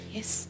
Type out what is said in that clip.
Yes